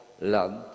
Land